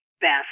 Best